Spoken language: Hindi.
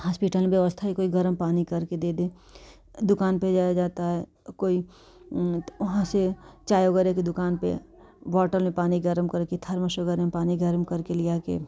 हॉस्पिटल में व्यवस्था कोई गर्म पानी करके दे दे दुकान पर जाया जाता है कोई वहाँ से चाय वगैरह के दुकान पर बोतल में पानी गर्म करके थरमस वगैरह में पानी गर्म करके ले आकर